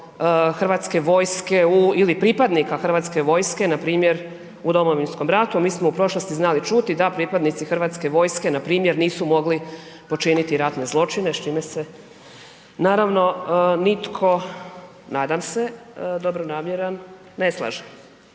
hrvatske vojske ili pripadnika hrvatske vojske npr. u Domovinskom ratu, mi smo u prošlosti znali čuti da pripadnici hrvatske vojske npr. nisu mogli počiniti ratne zločine, s čime se naravno nitko nadam se, dobronamjeran, ne slaže.